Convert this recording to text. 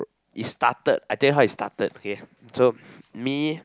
is started I tell you how it started okay so me